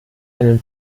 einem